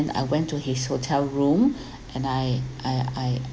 I went to his hotel room and I I I